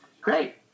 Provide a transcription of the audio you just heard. Great